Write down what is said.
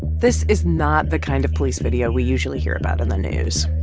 this is not the kind of police video we usually hear about in the news.